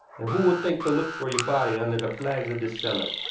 and who will think to look for your body under the flags of this cellar?